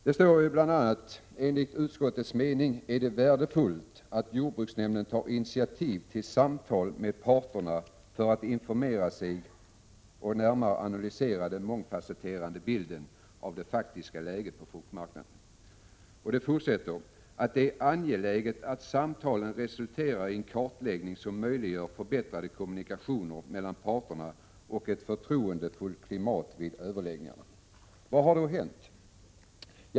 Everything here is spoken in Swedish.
Det står bl.a. att det enligt utskottets mening är ”värdefullt att jordbruksnämnden tagit initiativ till samtal med parterna för att informera sig om och närmare analysera den mångfacetterade bilden av det faktiska läget på fruktmarknaden. ——— Enligt utskottets mening är det angeläget att samtalen resulterar i en kartläggning som möjliggör förbättrade kommunikationer mellan parterna och ett förtroendefullt klimat vid överläggningarna.” Vad har då hänt?